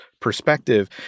perspective